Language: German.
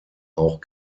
auch